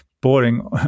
Boring